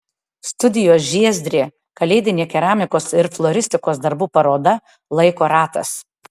studijos žiezdrė kalėdinė keramikos ir floristikos darbų paroda laiko ratas